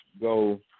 go